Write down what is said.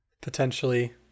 potentially